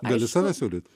gali save pasiūlyt